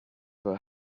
were